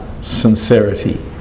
sincerity